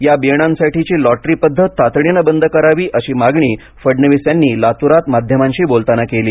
या बियाणांसाठीची लॉटरी पध्दत तातडीनं बंद करावी अशी मार्गी फडणविस यांनी लातूरात माध्यमांशी बोलताना केली